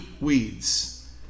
weeds